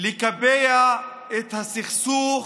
לקבע את הסכסוך,